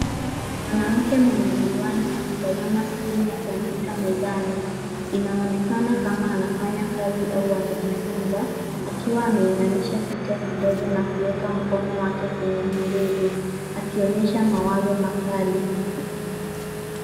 Mwanamke mwenye miwani akitazama skrini ya kompyuta mezani inonekana kama anafanya kazi au kufunza akiwa ameinamisha kichwa kidogo na kuweka mkono wake kwenye kidevu akionyesha mawazo makali.